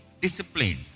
Discipline